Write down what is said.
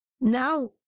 Now